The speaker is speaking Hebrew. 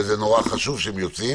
וזה חשוב מאוד שהם יוצאים,